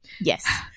Yes